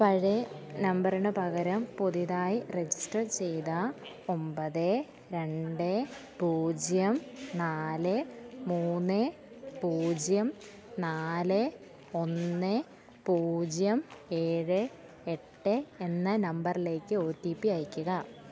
പഴയ നമ്പറിന് പകരം പുതിയതായി രെജിസ്റ്റർ ചെയ്ത ഒൻപത് രണ്ട് പൂജ്യം നാല് മൂന്ന് പൂജ്യം നാല് ഒന്ന് പൂജ്യം ഏഴ് എട്ട് എന്ന നമ്പറിലേക്ക് ഒ ടി പി അയയ്ക്കുക